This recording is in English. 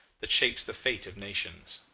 that shapes the fate of nations.